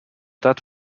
that